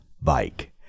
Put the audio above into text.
bike